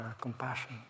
compassion